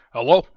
Hello